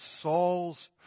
Saul's